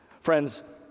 Friends